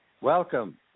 welcome